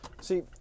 see